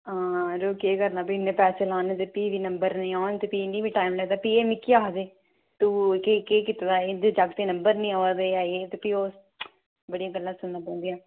हां यरो केह् करना फ्ही इन्ने पैसे लाने ते फ्ही बी नंबर नेईं औन ते फ्ही इ'नें बी टैम नि लगदा फ्ही ऐ मिकी आखदे तू केह् केह् कीत्ते दा इन्दे जाकतै देह् नंबर नि आवा दे ऐ ते फ्ही ओ बड़ियां गल्लां सुनने पौंदियां